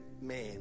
man